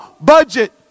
budget